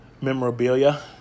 memorabilia